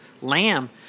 Lamb